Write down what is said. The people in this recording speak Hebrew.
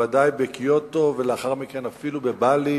בוודאי בקיוטו ולאחר מכן אפילו בבאלי